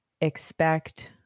expect